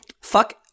Fuck